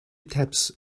taps